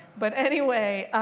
but anyway,